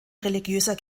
religiöser